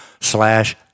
slash